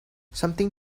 something